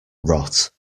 rot